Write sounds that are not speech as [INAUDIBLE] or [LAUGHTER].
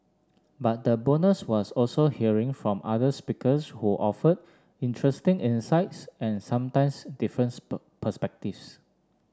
but the bonus was also hearing from other speakers who offered interesting insights and sometimes different [UNINTELLIGIBLE] perspectives